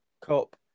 Cup